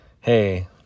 hey